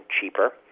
cheaper